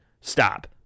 Stop